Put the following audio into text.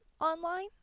online